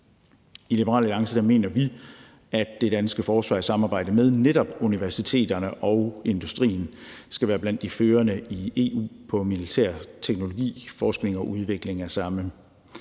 I Liberal Alliance mener vi, at det danske forsvar i samarbejde med netop universiteterne og industrien skal være blandt de førende i EU på militær teknologi og forskning og udvikling af samme.